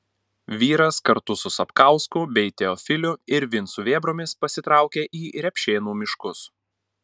vyras kartu su sapkausku bei teofiliu ir vincu vėbromis pasitraukė į repšėnų miškus